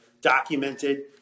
documented